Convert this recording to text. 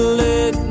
let